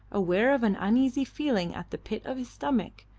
aware of an uneasy feeling at the pit of his stomach,